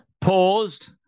paused